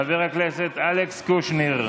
חבר הכנסת אלכס קושניר.